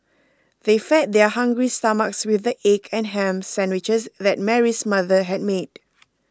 they fed their hungry stomachs with the egg and ham sandwiches that Mary's mother had made